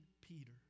Peter